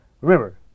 remember